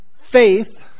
Faith